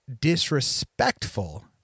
disrespectful